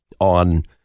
on